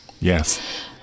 Yes